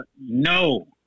No